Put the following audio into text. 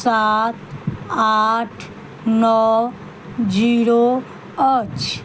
सात आठ नओ जीरो अछि